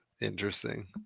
interesting